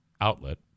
Outlet